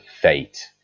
fate